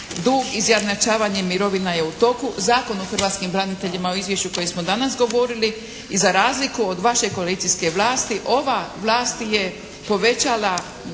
dug. Izjednačavanje mirovina je u toku. Zakon o hrvatskim braniteljima u izvješću o kojem smo danas govorili i za razliku od vaše koalicijske vlasti ova vlast je povećala